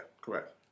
correct